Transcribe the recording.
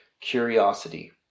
curiosity